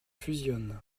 fusionnent